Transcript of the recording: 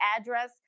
address